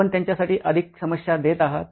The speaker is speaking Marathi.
आपण त्यांच्यासाठी अधिक समस्या देत आहात